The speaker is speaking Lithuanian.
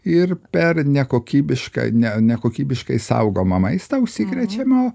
ir per nekokybišką ne nekokybiškai saugomą maistą užsikrečiama